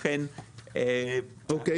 אוקיי,